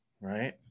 right